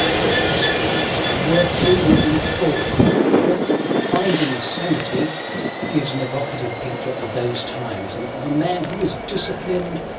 and that history is worth reading in full the book finding sanity gives an evocative picture of those times and of a man who was disciplined,